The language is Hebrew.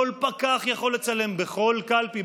כל פקח יכול לצלם בכל קלפי,